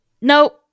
No